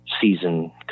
season